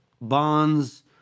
bonds